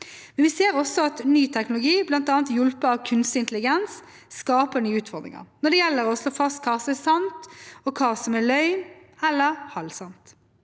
Vi ser også at ny teknologi, bl.a. hjulpet av kunstig intelligens, skaper nye utfordringer når det gjelder å slå fast hva som er sant, og hva som er løgn eller halvsant.